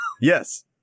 Yes